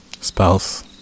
spouse